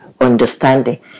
understanding